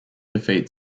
defeat